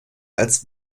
als